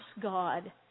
God